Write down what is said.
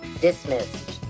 Dismissed